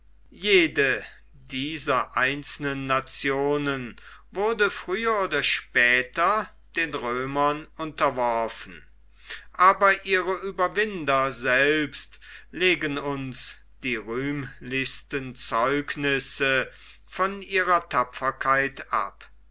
jede dieser einzelnen nationen wurde früher oder später den römern unterworfen aber ihre ueberwinder selbst legen uns die rühmlichsten zeugnisse von ihrer tapferkeit ab